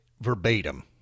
verbatim